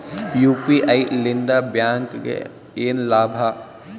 UPI ಲಿಂದ ಬ್ಯಾಂಕ್ಗೆ ಏನ್ ಲಾಭ?